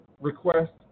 request